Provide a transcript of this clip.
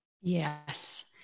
Yes